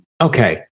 Okay